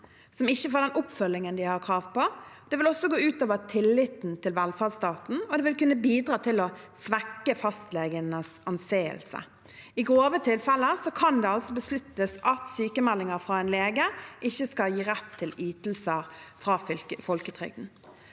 som ikke får den oppfølgingen de har krav på. Det vil også gå ut over tilliten til velferdsstaten, og det vil kunne bidra til å svekke fastlegenes anseelse. I grove tilfeller kan det besluttes at sykmeldinger fra en lege ikke skal gi rett til ytelser fra folketrygden.